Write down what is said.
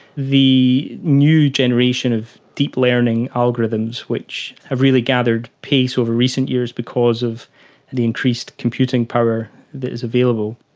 the new generation of deep learning algorithms which have really gathered pace over recent years because of the increased computing power that is available,